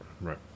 Right